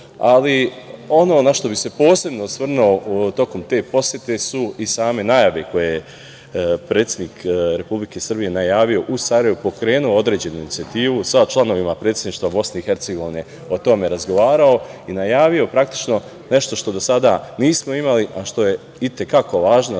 toga. Ono na što bih se posebno osvrnuo tokom te posete su i same najave koje je predsednik Republike Srbije najavio u Sarajevu, pokrenuo određenu inicijativu sa članovima predsedništva Bosne i Hercegovine, o tome razgovarao i najavio, praktično, nešto što do sada nismo imali, a što je i te kako važno,